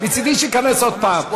מצדי, שייכנס עוד פעם.